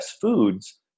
foods